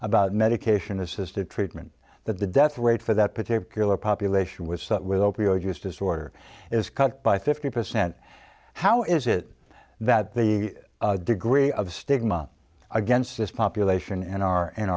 about medication assisted treatment that the death rate for that particular population was with opioid use disorder is cut by fifty percent how is it that the degree of stigma against this population in our in